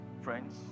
friends